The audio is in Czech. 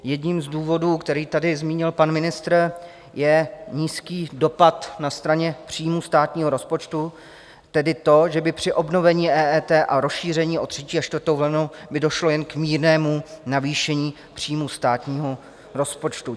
Jedním z důvodů, který tady zmínil pan ministr, je nízký dopad na straně příjmů státního rozpočtu, tedy to, že by při obnovení EET a rozšíření o třetí a čtvrtou vlnu došlo jen k mírnému navýšení příjmů státního rozpočtu.